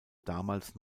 damals